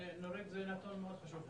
זה נתון מאוד חשוב,